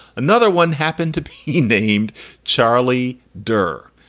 another one happened to be named charlie durr.